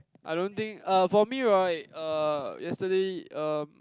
I don't think uh for me right uh yesterday um